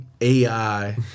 AI